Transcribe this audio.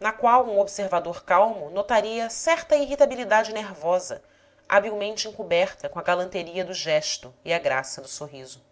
na qual um observador calmo notaria certa irritabilidade nervosa habilmente encoberta com a galanteria do gesto e a graça do sorriso